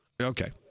Okay